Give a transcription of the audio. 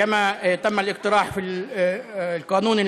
כפי שהוצע בחוק הקודם,